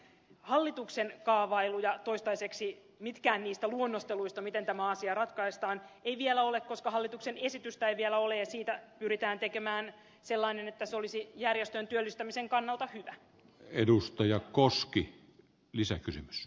hallituksen kaavailuja toistaiseksi mikään niistä luonnosteluista miten tämä asia ratkaistaan ei vielä ole koska hallituksen esitystä ei vielä ole ja siitä pyritään tekemään sellainen että se olisi järjestöjen työllistämisen kannalta hyvä